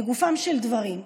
לגופם של דברים,